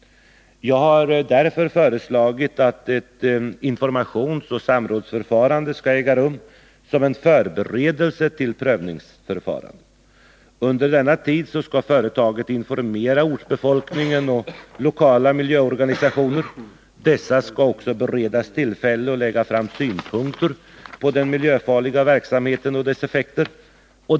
Jag har därför föreslagit att ett informationsoch samrådsförfarande skall äga rum som en förberedelse till prövningsförfarandet. Under denna tid skall företaget informera ortsbefolkningen och lokala miljöorganisationer. Dessa skall också beredas tillfälle att lägga fram synpunkter på den miljöfarliga verksamheten och dess effekter.